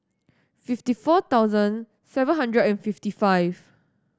fifty four thousand seven hundred and fifty five